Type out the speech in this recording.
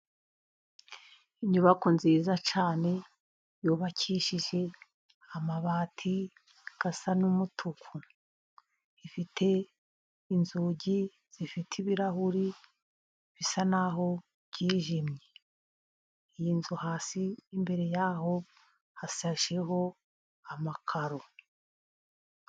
Inyubako nziza cyane yubakishije amabati asa n'umutuku, ifite inzugi zifite ibirahuri bisa n'aho byijimye. Iyi nzu hasi imbere y'aho hashasheho amakaro.